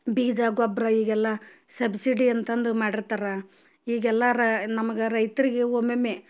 ಬೀಜ ಗೊಬ್ಬರ ಈಗೆಲ್ಲ ಸಬ್ಸಿಡಿ ಅಂತಂದು ಮಾಡಿರ್ತಾರೆ ಈಗ ಎಲ್ಲಾರು ನಮಗೆ ರೈತರಿಗೆ ಒಮ್ಮೆಮ್ಮೆ